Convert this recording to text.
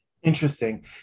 Interesting